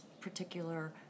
particular